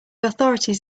authorities